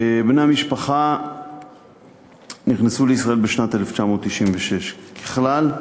בני המשפחה נכנסו לישראל בשנת 1996. ככלל,